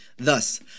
Thus